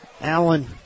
Allen